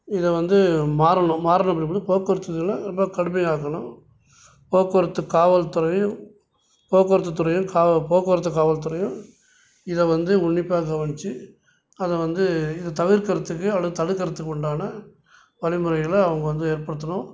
இதை வந்து மாறணும் மாறின பிற்பாடு போக்குவரத்துத்துறையில் இன்னும் கடுமையாக்கணும் போக்குவரத்து காவல்துறையும் போக்குவரத்துத்துறையும் கா போக்குவரத்து காவல்துறையும் இதை வந்து உன்னிப்பாக கவனித்து அதை வந்து இதை தவிர்க்கறத்துக்கு அவ்வளோ தடுக்கறத்துக்கு உண்டான வழிமுறைகள அவங்க வந்து ஏற்படுத்தணும்